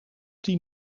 tien